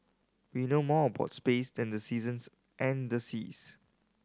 we know more about space than the seasons and the seas